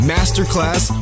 Masterclass